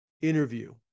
interview